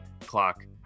clock